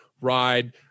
Ride